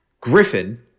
Griffin